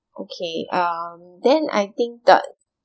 okay um then I think the